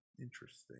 Interesting